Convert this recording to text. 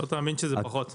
לא תאמין, אבל זה פחות זמן.